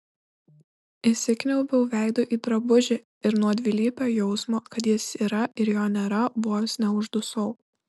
įsikniaubiau veidu į drabužį ir nuo dvilypio jausmo kad jis yra ir jo nėra vos neuždusau